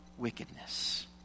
Wickedness